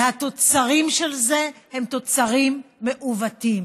והתוצרים של זה הם תוצרים מעוותים.